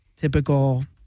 Typical